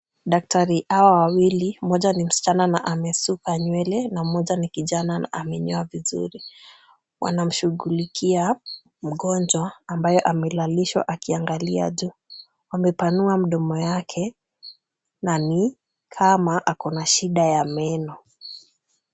Daktari hawa wawili, mmoja ni msichana na amesuka nywele na mmoja ni kijana na amenyoa vizuri. Wanamshughulikia mgonjwa ambaye amelalishwa akiangalia juu. Wamepanua mdomo yake na ni kama ako na shida ya meno.